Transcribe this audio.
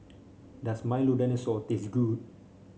does Milo Dinosaur taste good